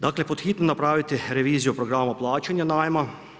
Dakle pod hitno napraviti reviziju o programima plaćanja najma.